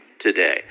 today